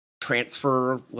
transfer